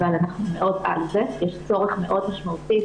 אבל אנחנו על זה, יש צורך מאוד משמעותי.